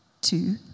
two